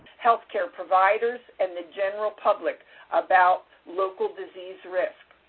health care providers, and the general public about local disease risk.